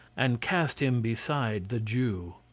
and cast him beside the jew.